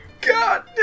God